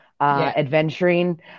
Adventuring